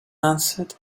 answered